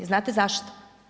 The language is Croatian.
Znate zašto?